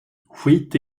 skit